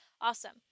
Awesome